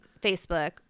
Facebook